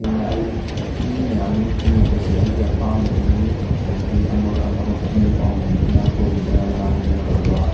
ꯁꯦꯡꯅ ꯑꯩ ꯃꯤ ꯃꯌꯥꯝ ꯑꯃ ꯇꯤꯟꯅꯕꯁꯦ ꯑꯩꯒꯤ ꯑꯄꯥꯝꯕꯅꯤ ꯍꯥꯏꯕꯗꯤ ꯑꯃꯒ ꯑꯃꯒ ꯄꯨꯛꯃꯦꯟ ꯄꯥꯎꯃꯦꯟꯗꯨꯅ ꯀꯣꯏꯗꯅ ꯂꯥꯡꯗꯅ ꯇꯧꯕ